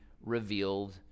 revealed